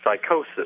psychosis